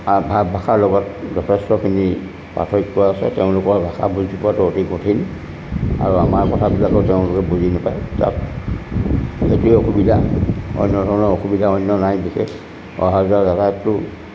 ভাৱ ভাষাৰ লগত যথেষ্টখিনি পাৰ্থক্য আছে তেওঁলোকৰ ভাষা বুজি পোৱাটো অতি কঠিন আৰু আমাৰ কথাবিলাকো তেওঁলোকে বুজি নাপায় তাত সেইটোৱে অসুবিধা অন্য ধৰণৰ অসুবিধা অন্য নাই বিশেষ অহা যোৱা জাগাটো